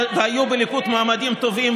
והיו בליכוד מועמדים טובים,